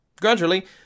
Gradually